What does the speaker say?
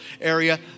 area